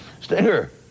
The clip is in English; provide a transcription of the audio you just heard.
Stinger